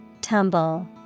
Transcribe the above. Tumble